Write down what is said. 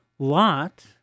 Lot